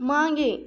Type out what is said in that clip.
मागे